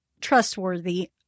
trustworthy